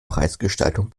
preisgestaltung